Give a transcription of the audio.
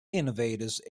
innovators